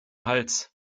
hals